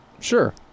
Sure